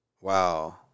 Wow